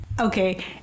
Okay